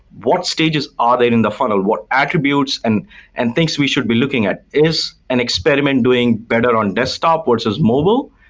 what stages are there in the funnel, what attributes and and thinks we should be looking at. is an experiment doing better on desktop versus mobile?